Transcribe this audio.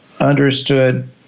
understood